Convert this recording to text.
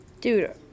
dude